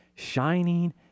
shining